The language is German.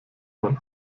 man